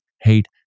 hate